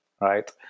right